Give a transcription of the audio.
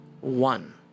one